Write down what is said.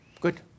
Good